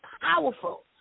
powerful